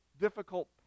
difficult